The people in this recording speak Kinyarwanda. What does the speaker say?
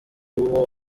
uwo